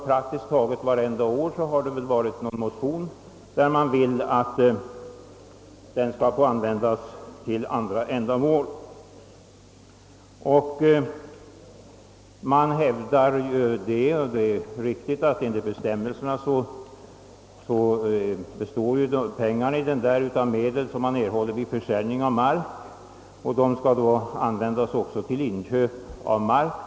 Praktiskt taget varje år har det förelegat motioner i detta syfte. Man brukar emellertid hävda, vilket är riktigt, att pengarna i fonden består av medel som erhålles vid försäljning av mark och att dessa medel också bör användas för inköp av mark.